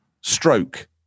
stroke